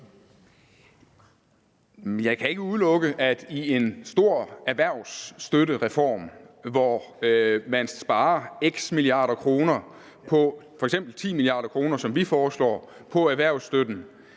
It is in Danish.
Jeg kan ikke udelukke, at man også i en stor erhvervsstøttereform, hvor man sparer x antal mia. kr. på erhvervsstøtten,